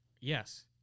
Yes